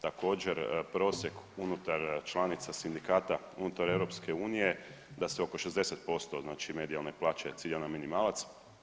Također, prosjek unutar članica sindikata, unutar EU, da se oko 60% medijalne plaće cilja na minimalac.